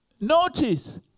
notice